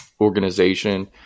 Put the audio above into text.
organization